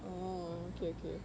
oh okay okay